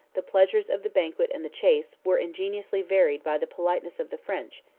the pleasures of the banquet and the chase, were ingeniously varied by the politeness of the french,